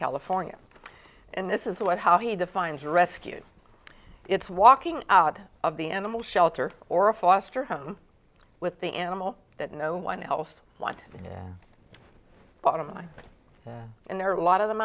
california and this is what how he defines rescue it's walking out of the animal shelter or a foster home with the animal that no one else wanted yeah bottom line and there are a lot of them